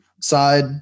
side